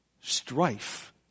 strife